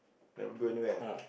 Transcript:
never go anywhere